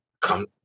come